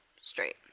straight